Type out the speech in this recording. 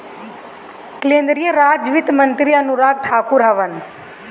केंद्रीय राज वित्त मंत्री अनुराग ठाकुर हवन